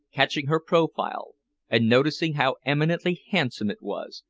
catching her profile and noticing how eminently handsome it was,